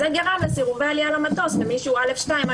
זה גרם לסירובי עלייה למטוס למי שהם א'2,